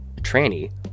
Tranny